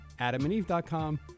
AdamandEve.com